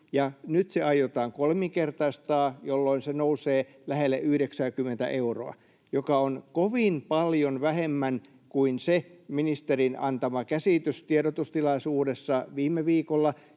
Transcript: nyt se aiotaan kolminkertaistaa, jolloin se nousee lähelle 90:tä euroa, joka on kovin paljon vähemmän kuin se ministerin antama käsitys tiedotustilaisuudessa viime viikolla,